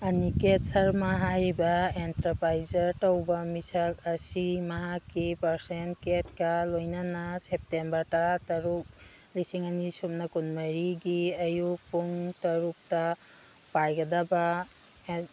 ꯑꯅꯤꯀꯦꯠ ꯁꯔꯃ ꯍꯥꯏꯔꯤꯕ ꯑꯦꯟꯇ꯭ꯔꯄ꯭ꯔꯥꯏꯖꯔ ꯇꯧꯕ ꯃꯤꯁꯛ ꯑꯁꯤ ꯃꯍꯥꯛꯀꯤ ꯄꯥꯔꯁꯦꯟꯀꯦꯠꯀ ꯂꯣꯏꯅꯅ ꯁꯦꯞꯇꯦꯝꯕꯔ ꯇꯔꯥꯇꯔꯨꯛ ꯂꯤꯁꯤꯡ ꯑꯅꯤ ꯁꯨꯞꯅ ꯀꯨꯟꯃꯔꯤꯒꯤ ꯑꯌꯨꯛ ꯄꯨꯡ ꯇꯔꯨꯛꯇ ꯄꯥꯏꯒꯗꯕ